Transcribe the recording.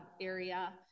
area